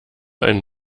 einen